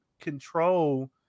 control